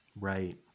right